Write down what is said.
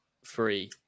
Free